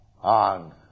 on